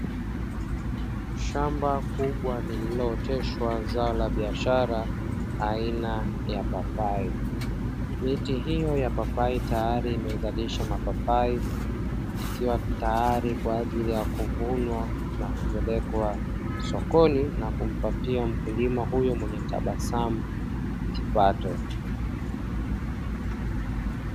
Shamba kubwa lililooteshwa zao la biashara aina ya papai, miti hiyo ya papai tayari imezalisha mapapai, ikiwa tayari kwa ajili ya kuvunwa na kupelekwa sokoni na kumpatia mkulima huyo mwenye tabasamu kipato.